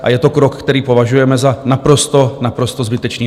A je to krok, který považujeme za naprosto, naprosto zbytečný.